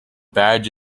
badge